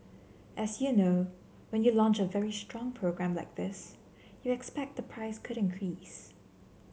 as you know when you launch a very strong program like this you expect the price could increase